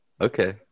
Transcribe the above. Okay